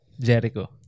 Jericho